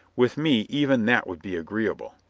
with me even that would be agreeable,